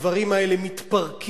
והדברים האלה מתפרקים,